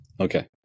Okay